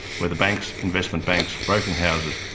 where the banks, investment banks, broking houses,